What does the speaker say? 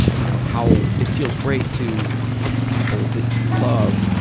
you know, how it feels great to hug people that you love,